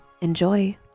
Enjoy